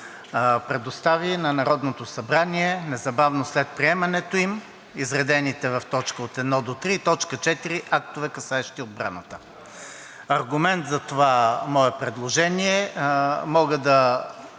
предостави на Народното събрание незабавно след приемането им изредените в точка от едно до три и т. 4 актове, касаещи отбраната. Като аргумент за това мое предложение мога да